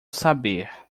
saber